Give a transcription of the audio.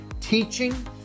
teaching